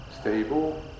stable